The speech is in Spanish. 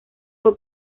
fue